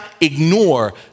ignore